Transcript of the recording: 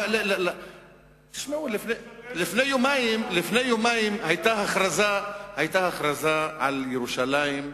לפני יומיים היתה הכרזה על ירושלים,